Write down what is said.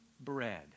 bread